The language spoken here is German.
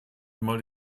mal